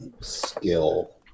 skill